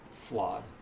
flawed